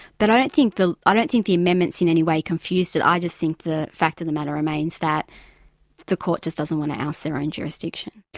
but i don't think the, i don't think the amendment's in any way confused it, i just think the fact of the matter remains that the court just doesn't want to oust their own jurisdiction.